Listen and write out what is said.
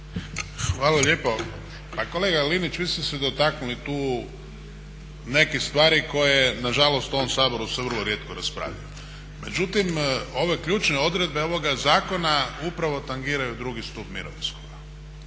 Hvala lijepo. Pa kolega Linić vi ste se dotaknuli tu nekih stvari koje nažalost u ovom Saboru se vrlo rijetko raspravljaju. Međutim, ove ključne odredbe ovoga zakona upravo tangiraju drugi stup mirovinskoga.